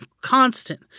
Constant